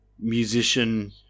musician